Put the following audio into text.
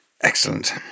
Excellent